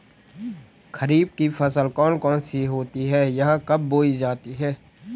खरीफ की फसल कौन कौन सी होती हैं यह कब बोई जाती हैं?